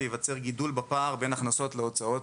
וייווצר גידול בפער בין הכנסות להוצאות